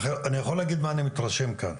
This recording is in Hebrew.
אני יכול להגיד מה אני מתרשם כאן,